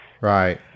Right